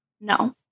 No